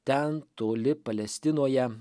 ten toli palestinoje